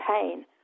pain